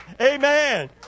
Amen